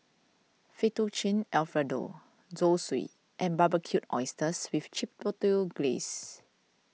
Fettuccine Alfredo Zosui and Barbecued Oysters with Chipotle Glaze